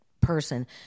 person